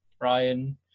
Ryan